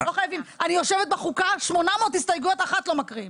אני יושבת בחוקה, 800 הסתייגויות, אחת לא מקריאים.